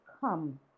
come